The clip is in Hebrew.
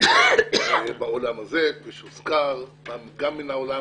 גם מהעולם האקדמי, גם העולם